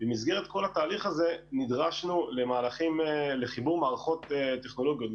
במסגרת כל התהליך הזה נדרשנו לחיבור מערכות טכנולוגיות,